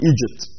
Egypt